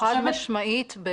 חד משמעית,